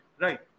right